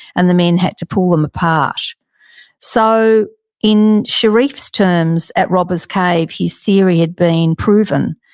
and the men had to pull them apart so in sherif's terms, at robbers cave, his theory had been proven.